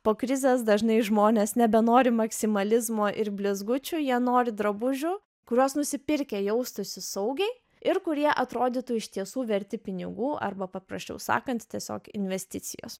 po krizės dažnai žmonės nebenori maksimalizmo ir blizgučių jie nori drabužių kuriuos nusipirkę jaustųsi saugiai ir kurie atrodytų iš tiesų verti pinigų arba paprasčiau sakant tiesiog investicijos